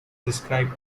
described